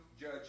judge